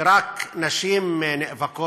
שרק נשים נאבקות